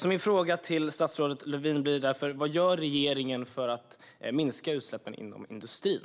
Min fråga till statsrådet Lövin blir därför: Vad gör regeringen för att minska utsläppen inom industrin?